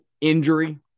injury